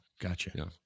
gotcha